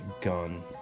gun